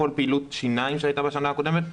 כל פעילות שיניים שהייתה בשנה הקודמת,